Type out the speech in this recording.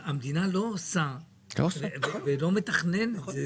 המדינה לא עושה ולא מתכננת,